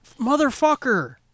motherfucker